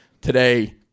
today